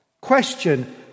Question